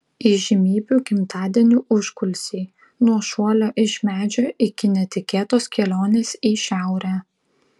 įžymybių gimtadienių užkulisiai nuo šuolio iš medžio iki netikėtos kelionės į šiaurę